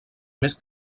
més